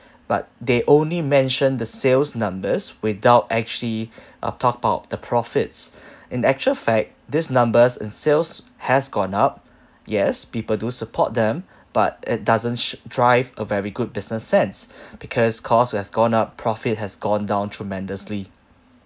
but they only mention the sales numbers without actually uh top out the profits in actual fact this numbers in sales has gone up yes people do support them but it doesn't sh~ drive a very good business sense because cost has gone up profit has gone down tremendously